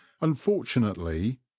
unfortunately